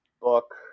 book